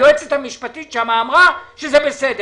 היועצת המשפטית שם אמרה שזה בסדר.